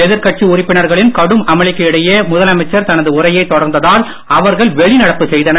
எதிர்கட்சி உறுப்பினர்களின் கடும் அமளிக்கு இடையே முதலமைச்சர் தனது உரையை தொடர்ந்ததால் அவர்கள் வெளிநடப்பு செய்தனர்